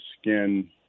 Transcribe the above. skin